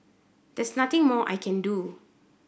there's nothing more I can do